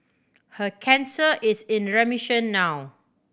her cancer is in remission now